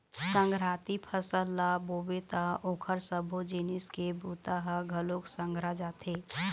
संघराती फसल ल बोबे त ओखर सबो जिनिस के बूता ह घलोक संघरा जाथे